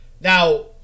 Now